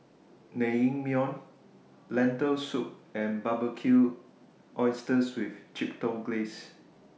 Naengmyeon Lentil Soup and Barbecued Oysters with Chipotle Glaze